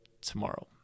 tomorrow